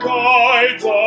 guides